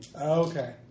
Okay